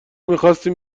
میخواستیم